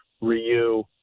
Ryu